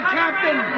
captain